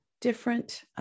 different